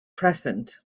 crescent